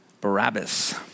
Barabbas